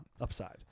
upside